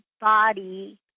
body